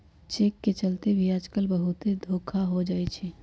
cheque के चलते भी आजकल बहुते धोखा हो जाई छई